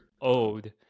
old